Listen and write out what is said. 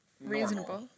reasonable